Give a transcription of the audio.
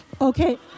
Okay